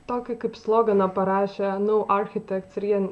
tokį kaip sloganą nau architekt ir jie